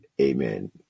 Amen